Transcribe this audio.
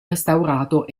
restaurato